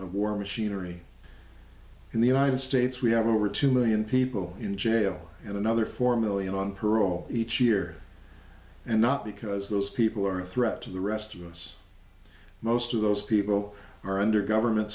of war machinery in the united states we have over two million people in jail and another four million on parole each year and not because those people are a threat to the rest of us most of those people are under government